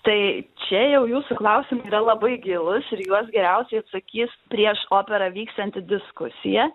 tai čia jau jūsų klausimai yra labai gilūs ir į juos geriausiai atsakys prieš operą vyksianti diskusija